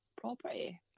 property